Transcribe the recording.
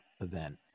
event